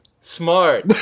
smart